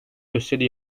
gösteri